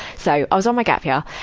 so, i was on my gap year,